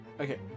Okay